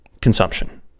consumption